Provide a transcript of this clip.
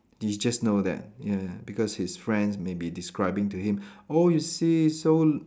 he just know that ya ya because his friends may be describing to him oh you see so